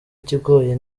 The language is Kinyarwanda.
ikigoyi